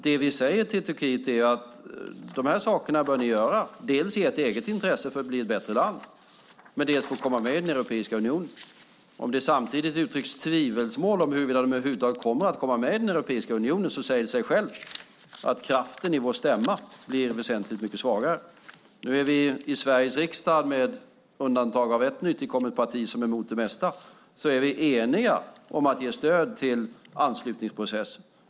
Det vi säger till Turkiet är ju att de här sakerna bör ni göra, dels i ert eget intresse för att bli ett bättre land, dels för att komma med i Europeiska unionen. Om det då samtidigt uttrycks tvivelsmål om huruvida de över huvud taget kommer att komma med i Europeiska unionen säger det sig självt att kraften i vår stämma bli väsentligt mycket svagare. Nu är vi i Sveriges riksdag, med undantag för ett nytillkommet parti som är emot det mesta, eniga om att ge stöd till anslutningsprocessen.